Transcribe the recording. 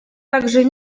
также